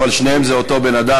אבל שניהם זה אותו בן-אדם,